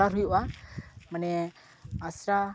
order ᱦᱩᱭᱩᱜᱼᱟ ᱢᱟᱱᱮ ᱟᱥᱲᱟ